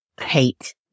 hate